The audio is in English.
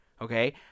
okay